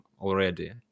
already